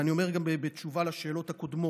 אני אומר גם בתשובה על השאלות הקודמות,